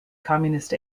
communist